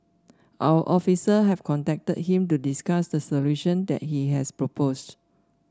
our officer have contacted him to discuss the solution that he has proposed